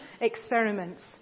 experiments